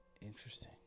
Interesting